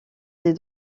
des